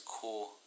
cool